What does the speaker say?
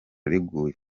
riguye